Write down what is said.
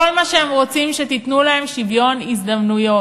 כל מה שהם רוצים, שתיתנו להם שוויון הזדמנויות.